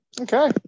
Okay